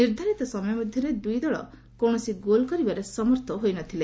ନିର୍ଦ୍ଧାରିତ ସମୟ ମଧ୍ୟରେ ଦୁଇଦଳ କୌଣସି ଗୋଲ୍ କରିବାରେ ସମର୍ଥ ହୋଇନଥିଲେ